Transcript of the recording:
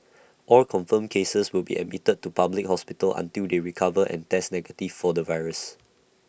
all confirmed cases will be admitted to A public hospital until they recover and test negative for the virus